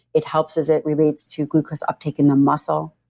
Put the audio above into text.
it helps as it relates to glucose uptake in the muscle.